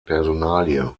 personalie